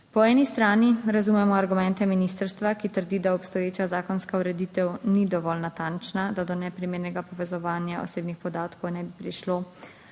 Po eni strani razumemo argumente ministrstva, ki trdi, da obstoječa zakonska ureditev ni dovolj natančna, da do neprimernega povezovanja osebnih podatkov ne bi prišlo.